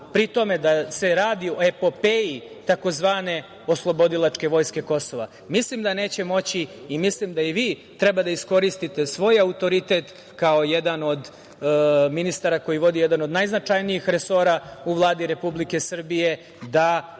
pri tome da se radi o epopeji tzv. oslobodilačke vojske Kosova. Mislim da neće moći i mislim da i vi treba da iskoristite svoj autoritet, kao jedan od ministara koji vodi jedan od najznačajnijih resora u Vladi Republike Srbije, da